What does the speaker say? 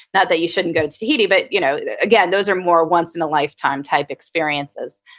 not that you shouldn't go to tahiti, but you know again, those are more once in a lifetime type experiences.